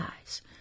eyes